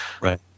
Right